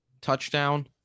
touchdown